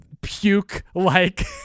puke-like